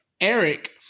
eric